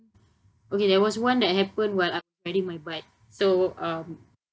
okay there was one that happened while I was riding my bike so um